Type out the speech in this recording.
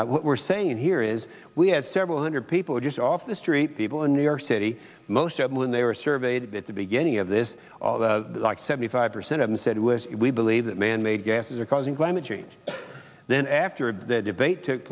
what we're saying here is we had several hundred people just off the street people in new york city most of them when they were surveyed at the beginning of this all the like seventy five percent of them said it was we believe that manmade gases are causing climate change then after that debate took